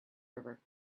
river